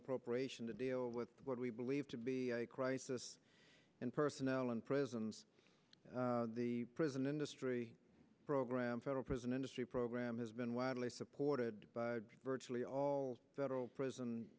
appropriation to deal with what we believe to be a crisis in personnel in prisons the prison industry program federal prison industry program has been widely supported by virtually all federal prison